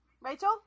Rachel